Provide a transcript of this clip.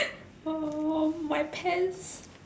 oh my pants